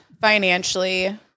financially